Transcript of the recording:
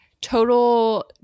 Total